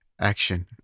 Action